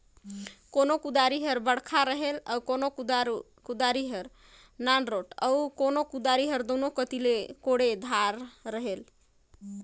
कोनो कुदारी हर बड़खा रहथे ता कोनो हर नानरोट अउ कोनो कुदारी हर दुनो कती ले कोड़े दार होथे